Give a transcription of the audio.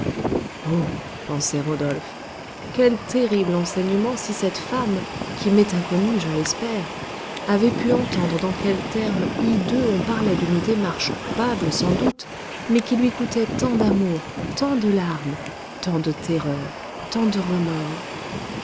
oh pensait rodolphe quel terrible enseignement si cette femme qui m'est inconnue je l'espère avait pu entendre dans quels termes hideux on parlait d'une démarche coupable sans doute mais qui lui coûtait tant d'amour tant de larmes tant de terreurs tant de remords